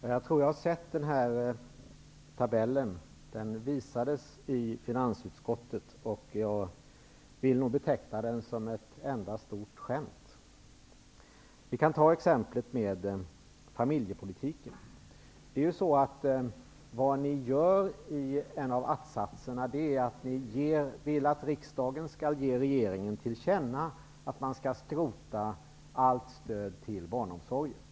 Herr talman! Jag tror att jag har sett tabellen. Den visades i finansutskottet och jag vill nog beteckna den som ett enda stort skämt. Vi kan ta exemplet med familjepolitiken. Ny demokrati vill i en av attsatserna i motionen att riksdagen skall ge riksdagen till känna att man skall skrota allt stöd till barnomsorgen.